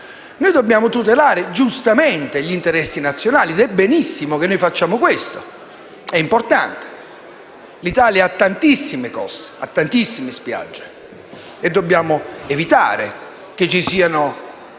Dobbiamo tutelare giustamente gli interessi nazionali e va benissimo se facciamo questo. È importante. L'Italia ha tantissime coste e spiagge e dobbiamo evitare che ci siano